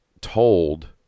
told